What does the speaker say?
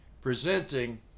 presenting